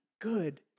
good